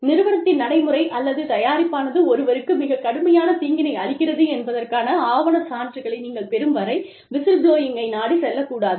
நிறுவனத்தின் நடைமுறை அல்லது தயாரிப்பானது ஒருவருக்கு மிகக்கடுமையான தீங்கினை அளிக்கிறது என்பதற்கான ஆவண சான்றுகளை நீங்கள் பெறும் வரை விசில்புளோயிங்கை நாடிச் செல்லக்கூடாது